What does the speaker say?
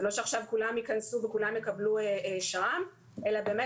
זה לא שעכשיו כולם ייכנסו וכולם יקבלו שר"ם אלא באמת